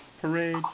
parade